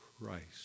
Christ